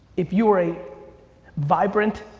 if you are a vibrant,